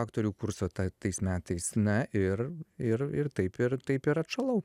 aktorių kurso ta tais metais na ir ir ir taip ir taip ir atšalau